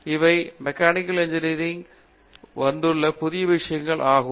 இவை mechanical engineering துரியில் வந்துள்ள புதிய விஷயங்கள் ஆகும்